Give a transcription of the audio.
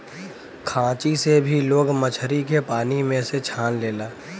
खांची से भी लोग मछरी के पानी में से छान लेला